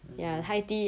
mm